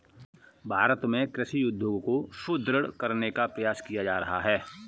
भारत में कृषि उद्योग को सुदृढ़ करने का प्रयास किया जा रहा है